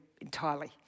entirely